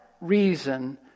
reason